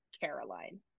Caroline